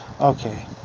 Okay